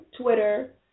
Twitter